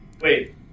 Wait